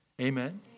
amen